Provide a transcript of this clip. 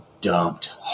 dumped